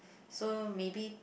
so maybe